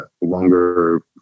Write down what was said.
longer